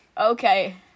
Okay